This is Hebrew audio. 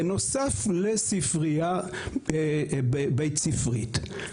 בנוסף לספרייה בית-ספרית.